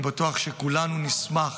אני בטוח שכולנו נשמח